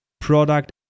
product